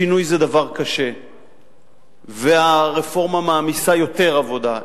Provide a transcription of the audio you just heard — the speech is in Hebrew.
שינוי זה דבר קשה והרפורמה מעמיסה יותר עבודה,